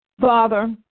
Father